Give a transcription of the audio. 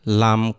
lam